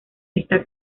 está